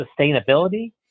sustainability